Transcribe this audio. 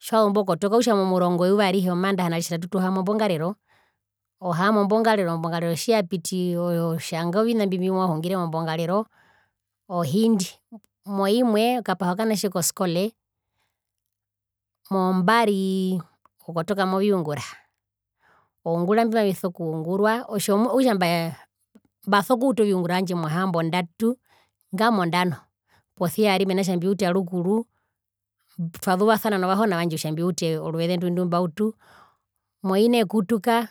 tjiwazumba okotoka okutja momurongo weyuva arihe omandaha na ritjatatu tuhaama ombongarero, ohamaa ombonagerero tjiyapiti otjanga ovina mbimwahungire mombongarero ohindi moimwe okapaha okanatje koskole, mombari okotoka moviungura oungura mbimaviso kungurwa mbaso kuuta oviungura vyandje mohambondatu ngamondano posia ari mena rokutja mbiuta rukuru twazuvasana novahona vandje kutja mbiute oruveze ndwi ndumbautu moine ekutuka.